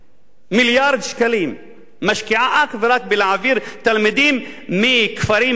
מיליארד שקלים משקיעה אך ורק בלהעביר תלמידים מכפרים לא-מוכרים,